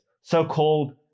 so-called